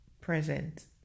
present